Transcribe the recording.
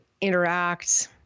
interact